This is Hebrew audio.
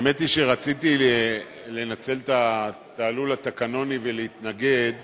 האמת היא שרציתי לנצל את התעלול התקנוני ולהתנגד